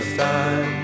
time